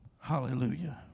Hallelujah